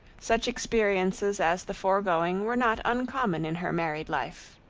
such experiences as the foregoing were not uncommon in her married life.